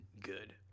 good